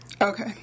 Okay